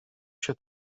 się